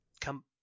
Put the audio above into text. Come